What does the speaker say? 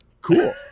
cool